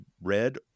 red